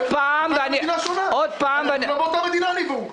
אנחנו לא באותה מדינה, אני והוא.